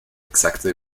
exactly